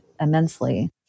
immensely